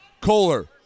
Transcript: Kohler